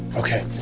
okay,